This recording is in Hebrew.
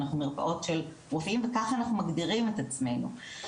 אנחנו מרפאות של רופאים וככה אנחנו מגדירים את עצמנו.